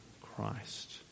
Christ